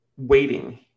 waiting